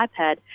iPad